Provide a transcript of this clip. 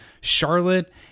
Charlotte